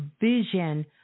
vision